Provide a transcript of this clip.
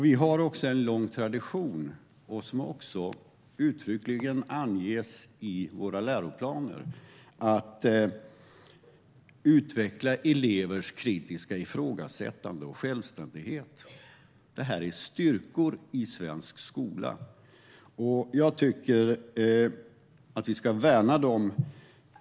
Vi har även en lång tradition, vilket uttryckligen anges i våra läroplaner, av att utveckla elevers kritiska ifrågasättande och självständighet. Detta är styrkor i svensk skola, och jag tycker att vi ska värna dem.